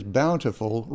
bountiful